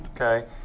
Okay